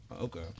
Okay